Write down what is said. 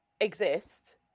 exist